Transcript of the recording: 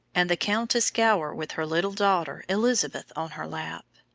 and the countess gower, with her little daughter elizabeth on her lap.